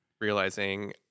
Realizing